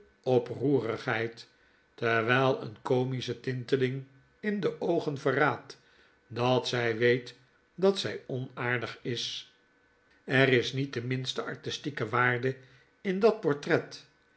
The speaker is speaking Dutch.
oproerigheid terwyl een comische tinteling in de oogen verraadt dat zy weet dat zy onaardig is er is niet de minste artistieke waarde in dat portret